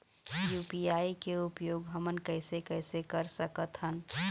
UPI के उपयोग हमन कैसे कैसे कर सकत हन?